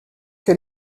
que